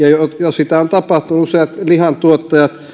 tai jo sitä on tapahtunut lihantuottajat